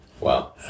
Wow